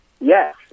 Yes